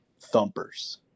thumpers